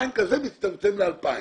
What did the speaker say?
הבנק הזה מצטמצם ל-2,000.